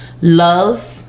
love